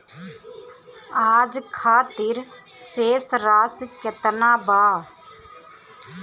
आज खातिर शेष राशि केतना बा?